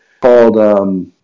called